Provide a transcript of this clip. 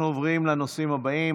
אנחנו עוברים לנושאים הבאים,